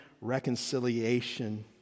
reconciliation